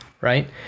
Right